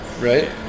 Right